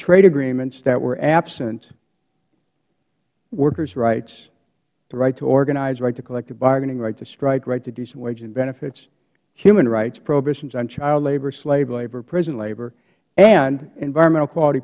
trade agreements that were absent workers rightsh the right to organize the right to collective bargaining the right to strike right to decent wages and benefitsh human rightsh prohibitions on child labor slave labor prison laborh and environmental quality